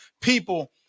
people